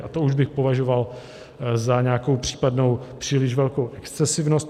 A to už bych považoval za nějakou případnou příliš velkou excesivnost.